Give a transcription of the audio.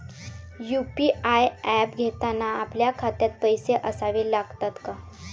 UPI app घेताना आपल्या खात्यात पैसे असावे लागतात का?